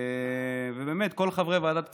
ובאמת כל ועדת הכספים,